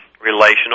relational